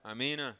Amen